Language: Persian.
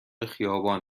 خیابان